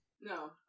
No